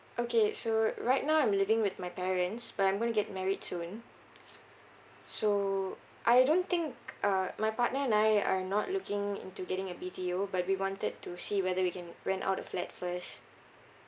okay so right now I'm living with my parents but I'm going to get married soon so I don't think uh my partner and I are not looking into getting a B_T_O but we wanted to see whether we can rent out a flat first